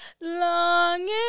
longing